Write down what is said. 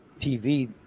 TV